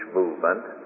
movement